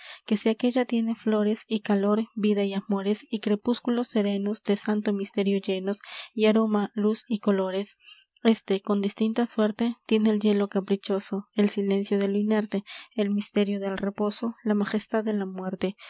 su hermosura que si aquella tiene flores y calor vida y amores y crepúsculos serenos de santo misterio llenos y aromas luz y colores éste con distinta suerte tiene el hielo caprichoso el silencio de lo inerte el misterio del reposo la majestad de la muerte